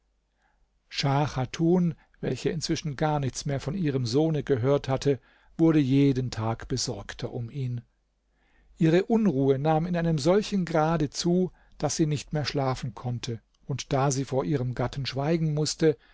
schah chatun welche inzwischen gar nichts mehr von ihrem sohne gehört hatte wurde jeden tag besorgter um ihn ihre unruhe nahm in einem solchen grade zu daß sie nicht mehr schlafen konnte und da sie vor ihrem gatten schweigen mußte